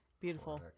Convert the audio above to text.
beautiful